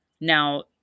Now